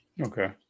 Okay